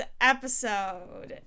episode